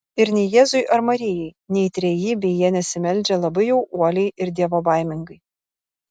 ir nei jėzui ar marijai nei trejybei jie nesimeldžia labai jau uoliai ir dievobaimingai